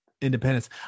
independence